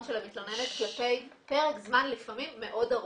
של המתלוננת כלפי פרק זמן לפעמים מאוד ארוך.